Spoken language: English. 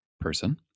person